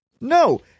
No